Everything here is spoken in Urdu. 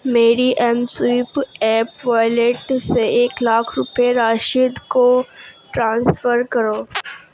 میری ایم سوئیپ ایپ والیٹ سے ایک لاکھ روپے راشد کو ٹرانسفر کرو